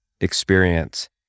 experience